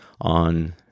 on